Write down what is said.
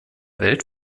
welt